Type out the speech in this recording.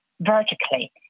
vertically